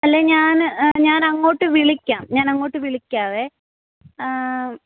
അല്ലെങ്കിൽ ഞാൻ ഞാൻ അങ്ങോട്ട് വിളിക്കാം ഞാൻ അങ്ങോട്ട് വിളിക്കാവേ